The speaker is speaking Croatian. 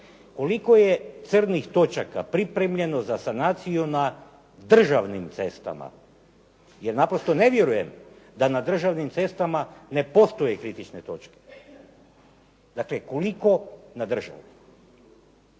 Koliko je crnih točaka pripremljeno za sanaciju na državnim cestama jer naprosto ne vjerujem da na državnim cestama ne postoje kritične točke. Dakle, koliko na državnim.